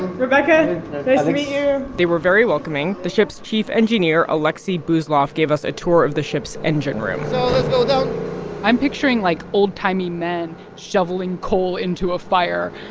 rebecca. nice to meet you they were very welcoming. the ship's chief engineer aleksei buzlov gave us a tour of the ship's engine room i'm picturing, like, old-timey men shoveling coal into a fire.